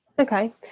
Okay